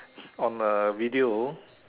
on a video